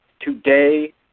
Today